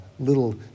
Little